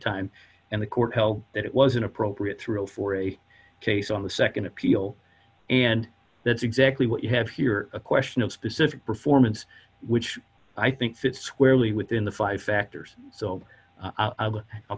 time and the court held that it was an appropriate thrill for a case on the nd appeal and that's exactly what you have here a question of specific performance which i think fits squarely within the five factors so i